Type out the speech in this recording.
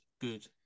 good